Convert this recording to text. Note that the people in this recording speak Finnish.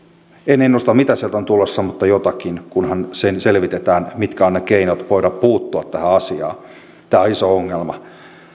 en ennusta mitä sieltä on tulossa mutta jotakin kunhan selvitetään mitkä ovat ne keinot voida puuttua tähän asiaan tämä on iso ongelma